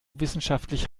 wissenschaftlich